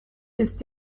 ist